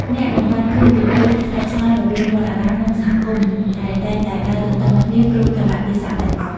អ្នកនឹងបានឃើញពីភាពស្និទ្ធស្នាលរវាងវត្តអារាម និងសហគមន៍ ដែលតែងតែដើរទន្ទឹមគ្នាគ្រប់កាលៈទេសៈទាំងអស់។